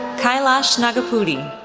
kailash nagapudi,